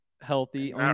healthy